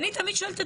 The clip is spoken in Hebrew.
אני יודעת דבר אחד.